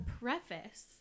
preface